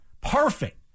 Perfect